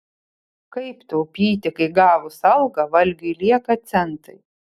kaip taupyti kai gavus algą valgiui lieka centai